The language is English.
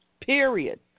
period